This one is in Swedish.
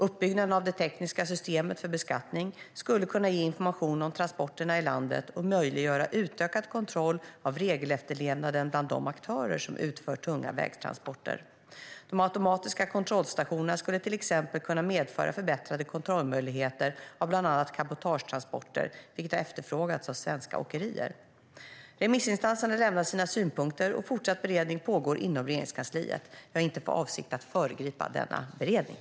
Uppbyggnaden av det tekniska systemet för beskattningen skulle kunna ge information om transporterna i landet och möjliggöra utökad kontroll av regelefterlevnaden bland de aktörer som utför tunga vägtransporter. De automatiska kontrollstationerna skulle till exempel kunna medföra förbättrade kontrollmöjligheter av bland annat cabotagetransporter, vilket har efterfrågats av svenska åkerier. Remissinstanserna har lämnat sina synpunkter, och fortsatt beredning pågår inom Regeringskansliet. Jag har inte för avsikt att föregripa denna beredning.